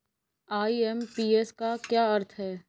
IMPS का क्या अर्थ है?